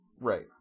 Right